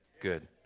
Good